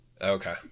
okay